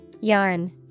Yarn